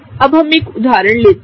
अब हम एक उदाहरण लेते हैं